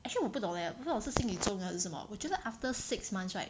actually 我不懂 leh 不知道我是心里作用还是什么我觉得 after six months right